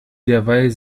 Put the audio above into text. derweil